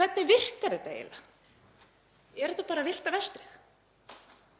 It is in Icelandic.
Hvernig virkar þetta eiginlega? Er þetta bara villta vestrið?